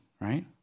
right